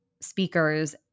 speakers